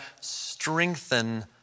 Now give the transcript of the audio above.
strengthen